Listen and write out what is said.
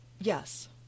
Yes